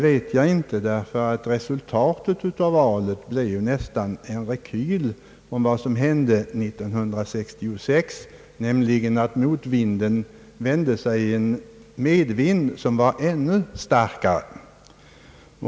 vet jag inte, ty resultatet av valet blev nästan en rekyl från vad som hände 1966, nämligen att motvinden vände sig i en medvind, som var ännu starkare.